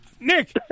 Nick